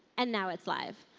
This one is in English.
and now it's live.